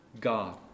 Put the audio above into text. God